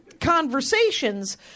conversations